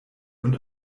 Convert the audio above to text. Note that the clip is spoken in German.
und